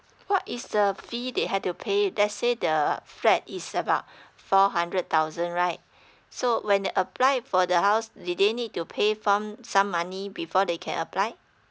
what is the fee they have to pay let's say the flat is about four hundred thousand right so when they apply for the house do they need to pay some some money before they can apply